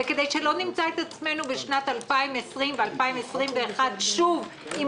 וכדי שלא נמצא עצמנו בשנת 2020 ו-2021 שוב עם